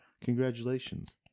congratulations